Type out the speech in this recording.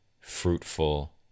fruitful